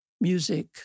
music